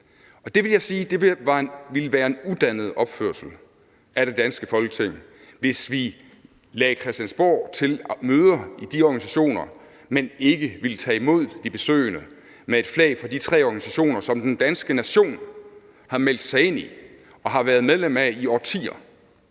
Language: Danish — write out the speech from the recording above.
det ville være en udannet opførsel af det danske Folketing, hvis vi lod Christiansborg lægge hus til møder i de organisationer, men ikke ville tage imod de besøgende med et flag fra de tre organisationer, som den danske nation har meldt sig ind i og har været medlem af i årtier.